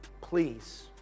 Please